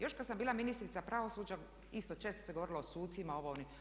Još kada sam bila ministrica pravosuđa, isto često se govorilo o sucima, ovo, ono.